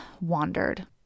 wandered